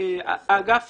האגף